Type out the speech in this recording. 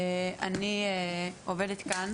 אני עובדת כאן.